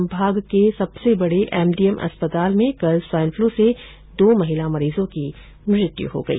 संभाग से सबसे बड़े एमडीएम अस्पताल में कल स्वाइन फ्लू से दो महिला मरीजों की मौत हो गई